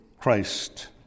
Christ